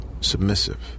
submissive